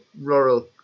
rural